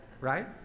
right